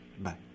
Bye